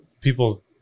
people